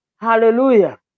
hallelujah